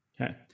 Okay